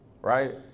right